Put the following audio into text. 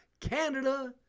Canada